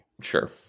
sure